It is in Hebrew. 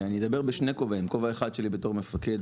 אני אדבר בשני כובעים כובע אחד שלי בתור מפקד